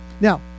Now